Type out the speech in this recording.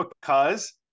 because-